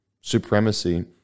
Supremacy